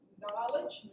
knowledge